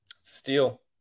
Steal